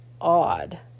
odd